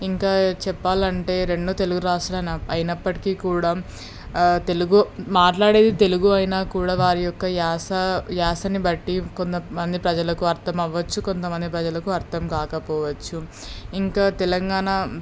ఇంకా చెప్పాలంటే రెండు తెలుగు రాష్ట్రాలు అయినప్పటికీ కూడా తెలుగు మాట్లాడేది తెలుగు అయినా కూడా వారి యొక్క యాస యాసని బట్టి కొంతమంది ప్రజలకు అర్థం అవ్వచ్చు కొంతమంది ప్రజలకు అర్థం కాకపోవచ్చు ఇంకా తెలంగాణా